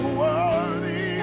worthy